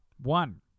One